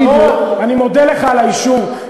אני מודה לך על האישור,